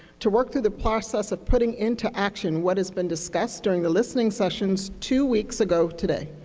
to work through the process of putting into action what has been discussed during the listening sessions two weeks ago today.